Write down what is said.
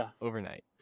overnight